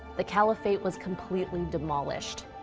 the caliphate was completely demolished.